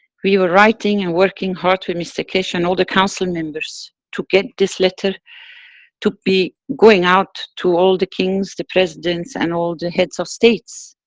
we were writing and working hard for mr keshe and all the council members to get this letter to be going out to all the kings, the presidents and all the heads of states,